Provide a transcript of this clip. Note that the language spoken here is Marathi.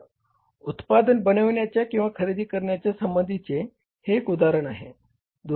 तर उत्पादन बनविण्याच्या किंवा खरेदी करण्याच्या संबंधीचे हे एक उदाहरण आहे